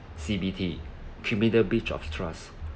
C_B_T criminal breach of trust